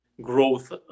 growth